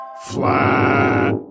flat